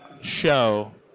show